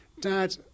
Dad